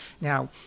Now